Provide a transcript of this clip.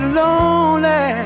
lonely